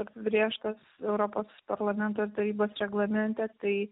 apibrėžtos europos parlamento tarybos reglamente tai